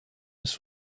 ist